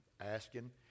asking